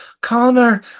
Connor